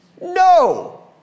No